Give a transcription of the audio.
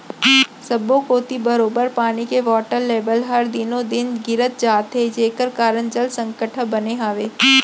सब्बो कोती बरोबर पानी के वाटर लेबल हर दिनों दिन गिरत जात हे जेकर कारन जल संकट ह बने हावय